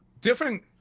different